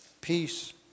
peace